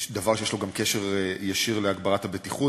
דבר שיש לו גם קשר ישיר להגברת הבטיחות.